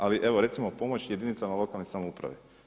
Ali evo recimo pomoć jedinicama lokalne samouprave.